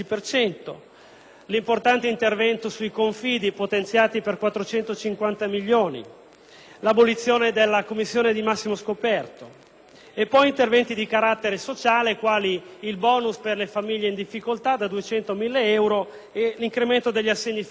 l'importante intervento sui confidi, potenziati per 450 milioni; l'abolizione della commissione di massimo scoperto; e poi gli interventi di carattere sociale tra i quali il *bonus* per le famiglie in difficoltà, da 200 a 1.000 euro, e l'incremento degli assegni familiari.